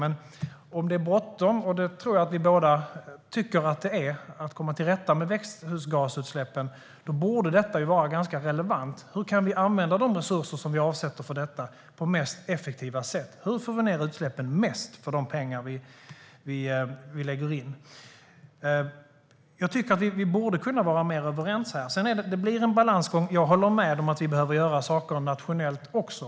Men om det är bråttom att komma till rätta med växthusgasutsläppen - det tror jag att vi båda tycker att det är - borde detta vara ganska relevant. Hur kan vi använda de resurser som vi avsätter för detta mest effektivt? Hur får vi ned utsläppen mest för de pengar vi lägger in? Vi borde kunna vara mer överens här. Det blir en balansgång. Jag håller med om att vi behöver göra saker nationellt också.